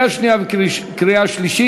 חברות וחברי הכנסת,